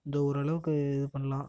கொஞ்சம் ஓரளவுக்கு இது பண்ணலாம்